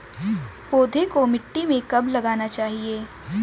पौधे को मिट्टी में कब लगाना चाहिए?